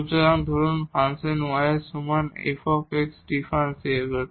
সুতরাং ধরুন function y এর সমান f ডিফারেনশিবল